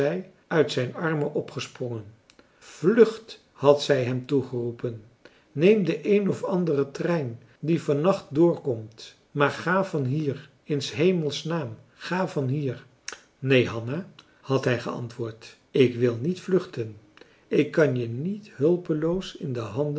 uit zijn armen opgesprongen vlucht had zij hem toegeroepen neem den een of anderen trein die van nacht doorkomt maar ga van hier in s hemelsnaam ga van hier neen hanna had hij geantwoord ik wil niet vluchten ik kan je niet hulpeloos in de handen